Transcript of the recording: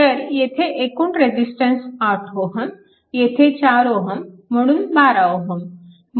तर येथे एकूण रेजिस्टन्स 8 Ω येथे 4 Ω म्हणून 12 Ω